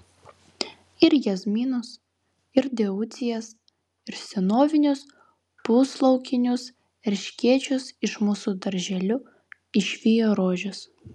ir jazminus ir deucijas ir senovinius puslaukinius erškėčius iš mūsų darželių išvijo rožės